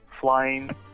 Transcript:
flying